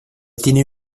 tiene